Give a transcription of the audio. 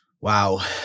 Wow